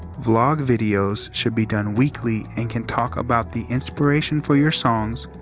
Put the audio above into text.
vlog videos should be done weekly and can talk about the inspiration for your songs,